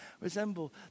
resemble